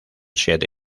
siete